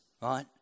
right